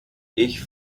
ich